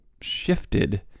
shifted